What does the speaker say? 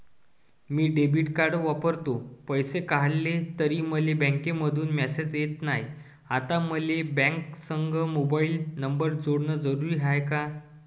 मी debit card वापरतो, पैसे काढले तरी मले बँकेमंधून मेसेज येत नाय, आता मले बँकेसंग मोबाईल नंबर जोडन जरुरीच हाय का?